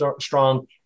strong